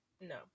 no